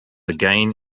again